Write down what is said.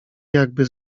jakby